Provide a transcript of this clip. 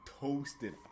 toasted